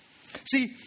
See